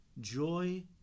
joy